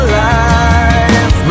life